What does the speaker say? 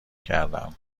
کردم